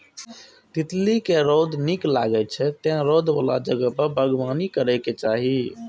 तितली कें रौद नीक लागै छै, तें रौद बला जगह पर बागबानी करैके चाही